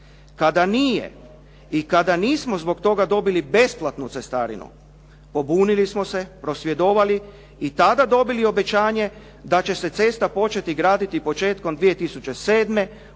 kada nije i kada nismo zbog toga dobili besplatnu cestarinu, pobunili smo se, prosvjedovali i tada dobili obećanje da će se cesta početi graditi početkom 2007. u